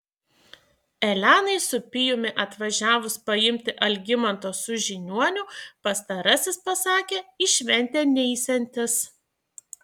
elenai su pijumi atvažiavus paimti algimanto su žiniuoniu pastarasis pasakė į šventę neisiantis